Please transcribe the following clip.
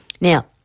now